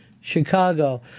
Chicago